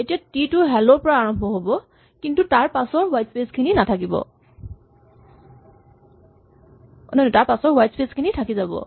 এতিয়া টি টো হেল্ল ৰ পৰা আৰম্ভ হ'ব কিন্তু তাৰপাছৰ হুৱাইট স্পেচ খিনি থাকি যাব